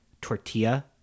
tortilla